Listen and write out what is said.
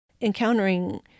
Encountering